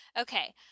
okay